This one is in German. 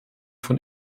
von